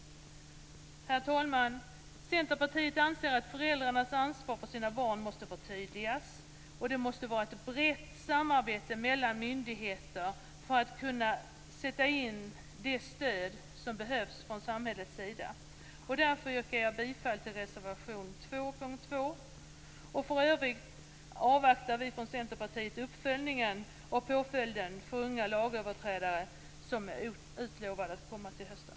Herr talman! Centerpartiet anser att föräldrarnas ansvar för sina barn måste förtydligas, och det måste vara ett brett samarbete mellan myndigheter för att kunna sätta in det stöd som behövs från samhällets sida. Därför yrkar jag bifall till reservation 2 under mom. 2. För övrigt avvaktar vi från Centerpartiet uppföljningen av påföljden för unga lagöverträdare som utlovades till hösten.